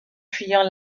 fuyant